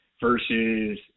versus –